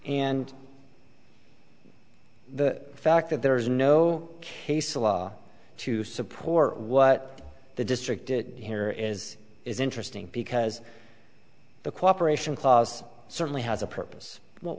and the fact that there is no case law to support what the district here is is interesting because the cooperation clause certainly has a purpose w